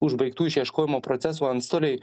užbaigtų išieškojimo procesų antstoliai